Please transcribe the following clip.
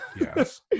yes